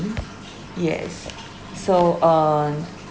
mm yes so uh